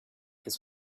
his